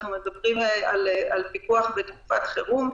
אנחנו מדברים על פיקוח בתקופות חירום.